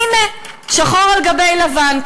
הנה, שחור על גבי לבן.